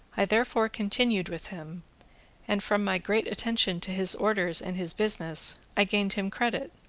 i therefore continued with him and, from my great attention to his orders and his business, i gained him credit,